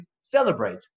celebrate